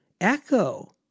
echo